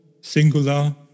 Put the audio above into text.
singular